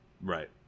Right